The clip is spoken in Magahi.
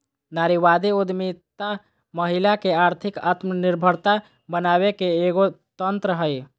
नारीवादी उद्यमितामहिला के आर्थिक आत्मनिर्भरता बनाबे के एगो तंत्र हइ